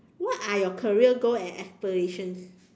what are your career goal and aspirations